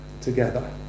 together